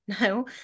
no